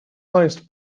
highest